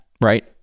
right